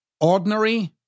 ordinary